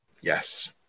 Yes